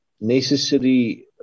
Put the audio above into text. necessary